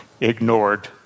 ignored